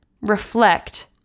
reflect